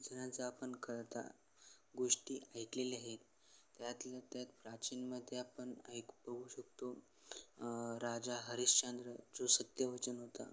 जनाचा आपण कळता गोष्टी ऐकलेल्या आहेत त्यातल्या त्यात प्राचीनमध्ये आपण ऐकू शकतो राजा हरीशंद्र जो सत्यवचन होता